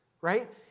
right